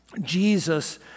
Jesus